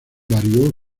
varió